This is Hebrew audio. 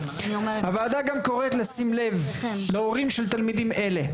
הוועדה גם קוראת לשים לב להורים של תלמידים אלה.